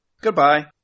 Goodbye